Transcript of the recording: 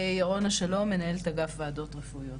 ירונה שלום, מנהלת אגף וועדות רפואיות.